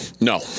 No